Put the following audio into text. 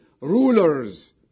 rulers